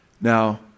Now